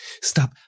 Stop